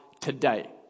today